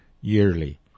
yearly